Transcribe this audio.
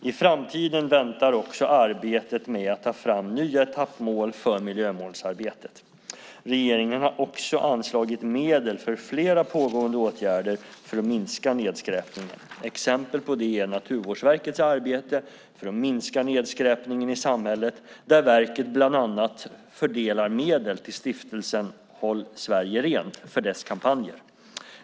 I framtiden väntar också arbetet med att ta fram nya etappmål för miljömålsarbetet. Regeringen har också anslagit medel för flera pågående åtgärder för att minska nedskräpningen. Exempel på det är Naturvårdsverkets arbete för att minska nedskräpningen i samhället, där verket bland annat fördelar medel till Stiftelsen Håll Sverige Rent för dess kampanjer.